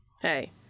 Hey